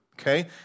Okay